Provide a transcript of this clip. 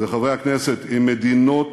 וחברי הכנסת, עם מדינות